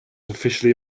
officially